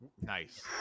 nice